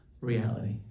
reality